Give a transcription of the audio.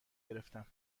گرفتم